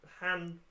hand